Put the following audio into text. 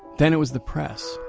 then it was the press,